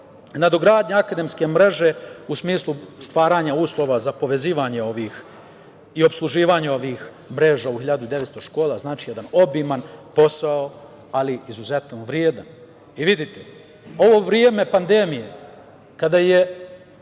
nadogradnja akademske mreže u smislu stvaranja uslova za povezivanje i opsluživanje ovih mreža u ovih 1.900 škola. Znači, jedan obiman posao, ali izuzetno vredan. Ovo vreme pandemije kada je